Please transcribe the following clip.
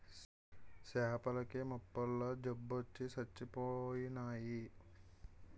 సేపల కి మొప్పల జబ్బొచ్చి సచ్చిపోయినాయి